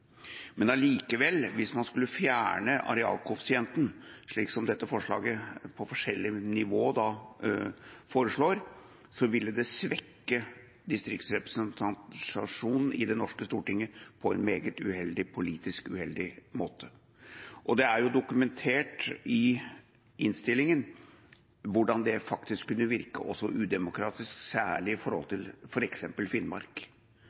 Hvis man allikevel skulle fjerne arealkoeffisienten, som dette forslaget foreslår, på forskjellige nivåer, ville det svekke distriktsrepresentasjonen i det norske stortinget på en politisk meget uheldig måte. Det er dokumentert i innstillinga hvordan dette også kunne virke udemokratisk, særlig i f.eks. Finnmark,